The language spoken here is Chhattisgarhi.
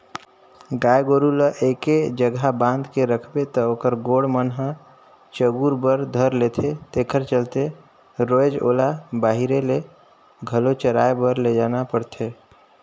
गाय गोरु ल एके जघा बांध के रखबे त ओखर गोड़ मन ह चगुरे बर धर लेथे तेखरे चलते रोयज ओला बहिरे में घलो चराए बर लेजना परथे